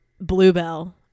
bluebell